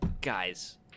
Guys